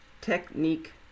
technique